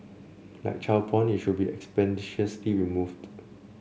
like child porn it should be expeditiously removed